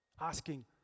asking